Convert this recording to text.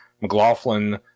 McLaughlin